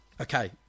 okay